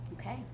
Okay